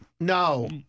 No